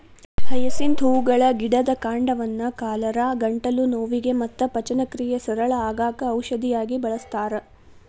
hyacinth ಹೂಗಳ ಗಿಡದ ಕಾಂಡವನ್ನ ಕಾಲರಾ, ಗಂಟಲು ನೋವಿಗೆ ಮತ್ತ ಪಚನಕ್ರಿಯೆ ಸರಳ ಆಗಾಕ ಔಷಧಿಯಾಗಿ ಬಳಸ್ತಾರ